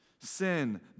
sin